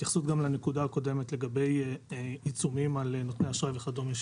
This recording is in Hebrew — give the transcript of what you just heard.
התייחסות גם לנקודה הקודמת לגבי עיצומים על נותני אשראי וכדומה,